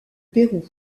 pérou